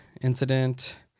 incident